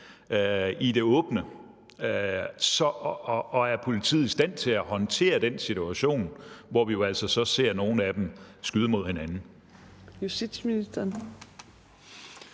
gaden, og om politiet er i stand til at håndtere den situation, hvor vi jo altså ser, at nogle af dem skyder mod hinanden.